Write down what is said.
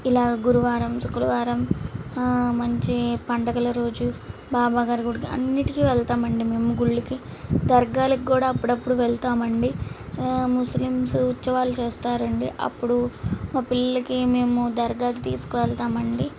ఇలా గురువారం శుక్రవారం మంచి పండుగల రోజు బాబా గారి గుడికి అన్నిటికీ వెళ్తామండి మేము గుళ్ళకి దర్గాలకు కూడా అప్పుడప్పుడు వెళ్తామండి ముస్లిమ్స్ ఉత్సవాలు చేస్తారండి అప్పుడు మా పిల్లలకి మేము దర్గాకి తీసుకెళ్తామండి